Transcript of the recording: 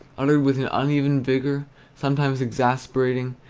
uttered with an uneven vigor sometimes exasperating,